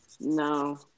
No